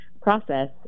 process